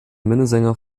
minnesänger